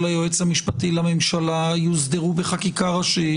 היועץ המשפטי לממשלה יוסדרו בחקיקה ראשית,